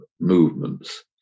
movements